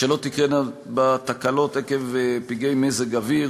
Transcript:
שלא תקרינה בה תקלות עקב פגעי מזג אוויר.